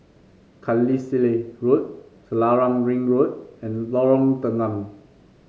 Carlisle Road Selarang Ring Road and Lorong Tanggam